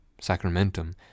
sacramentum